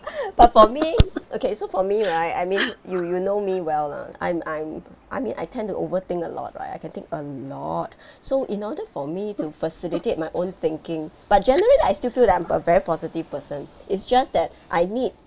but for me okay so for me right I mean you you know me well lah I'm I'm I mean I tend to overthink a lot right I can think a lot so in order for me to facilitate my own thinking but generally I still feel that I'm a very positive person it's just that I need